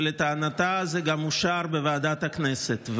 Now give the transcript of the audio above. ולטענתה זה גם אושר בוועדת הכנסת.